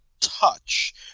touch